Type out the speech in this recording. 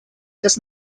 does